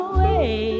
Away